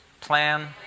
Plan